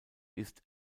ist